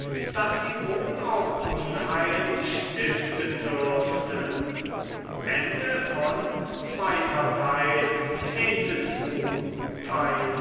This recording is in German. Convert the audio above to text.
daß sie wohl auch unheil stiften dürfte